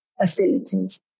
facilities